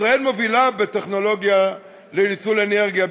ישראל מובילה בטכנולוגיה לניצול אנרגיה,